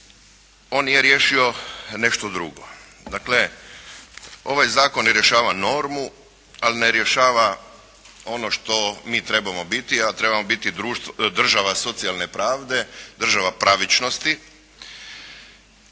nije riješio nešto drugo. Dakle, ovaj zakon ne rješava normu, ali ne rješava ono što mi trebamo biti, a trebamo biti država socijalne pravde, država pravičnosti